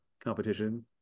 competition